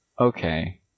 Okay